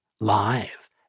live